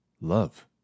Love